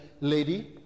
lady